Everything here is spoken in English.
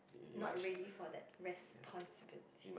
not ready for that responsibility